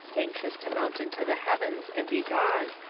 anxious to mount into the heavens and be gone!